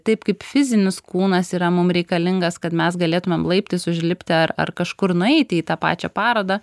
taip kaip fizinis kūnas yra mum reikalingas kad mes galėtumėm laiptais užlipti ar ar kažkur nueiti į tą pačią parodą